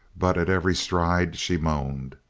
but at every stride she moaned.